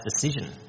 decision